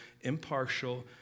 impartial